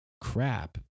crap